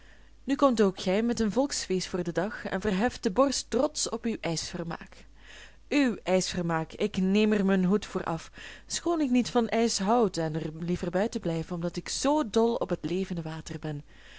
nu komt ook gij met een volksfeest voor den dag en verheft de borst trotsch op uw ijsvermaak uw ijsvermaak ik neem er mijn hoed voor af schoon ik niet van ijs houde en er liever buiten blijf omdat ik zoo dol op het levende water ben